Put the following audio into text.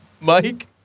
Mike